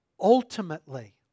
Ultimately